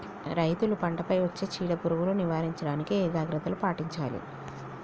రైతులు పంట పై వచ్చే చీడ పురుగులు నివారించడానికి ఏ జాగ్రత్తలు పాటించాలి?